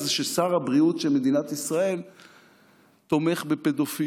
ששר הבריאות של מדינת ישראל תומך בפדופילית.